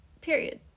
period